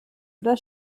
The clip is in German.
oder